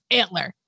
antler